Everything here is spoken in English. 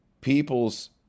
people's